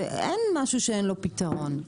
אין משהו שאין לו פתרון.